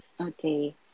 Okay